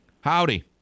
Howdy